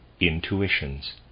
intuitions